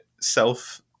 self